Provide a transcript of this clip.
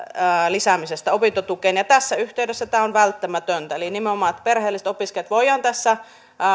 lisäämisestä opintotukeen ja tässä yhteydessä tämä on välttämätöntä eli nimenomaan jotta perheelliset opiskelijat voidaan tässä